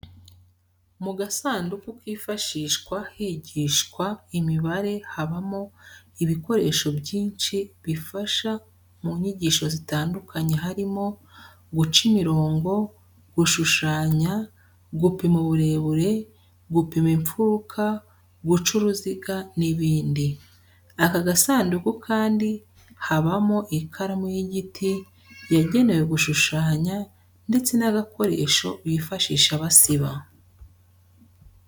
Mu gasanduku kifashishwa higishwa imibare habamo ibikoresho byinshi bifasha mu nyigisho zitandukanye harimo: guca imirongo, gushushanya, gupima uburebure, gupima imfuruka, guca uruziga n'ibindi. Aka gasanduku kandi habamo ikaramu y'igiti yagenewe gushushanya ndetse n'agakoresho bifashisha basiba.